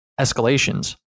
escalations